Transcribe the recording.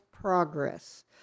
progress